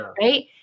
right